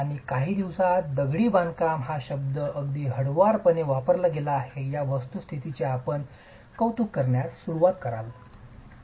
आणि काही दिवसात "दगडी बांधकाम" हा शब्द अगदी हळुवारपणे वापरला गेला आहे या वस्तुस्थितीचे आपण कौतुक करण्यास सुरवात कराल